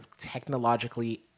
technologically